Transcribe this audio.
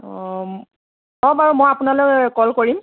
অ অ বাৰু মই আপোনালৈ ক'ল কৰিম